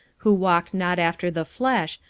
who walk not after the flesh,